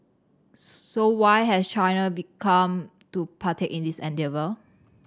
so why has China become to partake in this endeavour